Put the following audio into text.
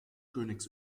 königs